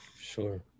sure